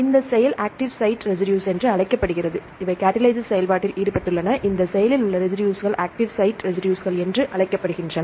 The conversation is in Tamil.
இந்த செயல் ஆக்ட்டிவ் சைட் ரெசிடுஸ் என்று அழைக்கப்படுகிறது அவை கடலிசிஸ் செயல்பாட்டில் ஈடுபட்டுள்ளன இந்த செயலில் உள்ள ரெசிடுஸ்கள் ஆக்ட்டிவ் சைட் ரெசிடுஸ் என்று அழைக்கப்படுகின்றன